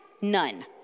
none